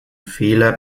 fehler